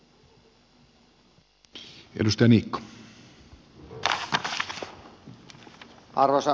arvoisa puhemies